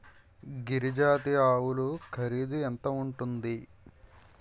గిరి జాతి ఆవులు ఖరీదు ఎంత ఉంటుంది?